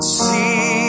see